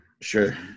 Sure